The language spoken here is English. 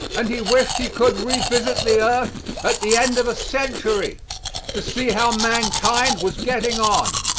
and he wished he could revisit the earth at the end of a century to see how mankind was getting on.